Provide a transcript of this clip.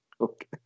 Okay